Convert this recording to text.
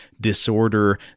disorder